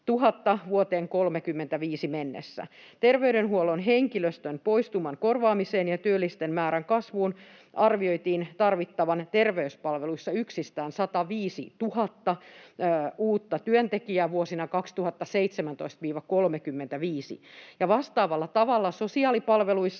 vuoteen 35 mennessä. Ter- veydenhuollon henkilöstön poistuman korvaamiseen ja työllisten määrän kasvuun arvioitiin tarvittavan terveyspalveluissa yksistään 105 000 uutta työntekijää vuosina 2017—35. Vastaavalla tavalla sosiaalipalveluissa